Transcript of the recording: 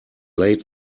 late